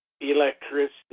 electricity